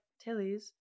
tilly's